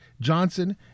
Johnson